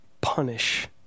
punish